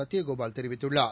சத்ய கோபால் தெரிவித்துள்ளார்